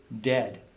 dead